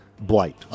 blight